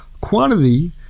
quantity